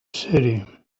city